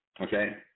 Okay